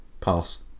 Pass